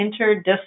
interdisciplinary